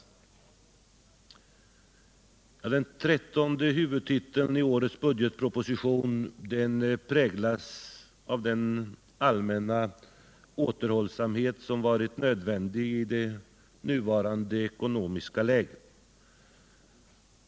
Anslagsanvisningen under den tionde huvudtiteln i årets budgetproposition präglas av den allmänna återhållsamhet som varit nödvändig i det nuvarande ekonomiska läget.